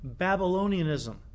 Babylonianism